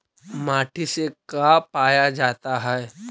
माटी से का पाया जाता है?